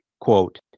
quote